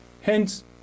Hence